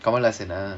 கமல்ஹாசனா:kamalhasanaa